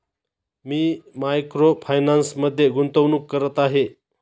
मी micro फायनान्समध्ये गुंतवणूक करत आहे